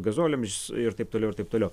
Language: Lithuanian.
gazoliams ir taip toliau ir taip toliau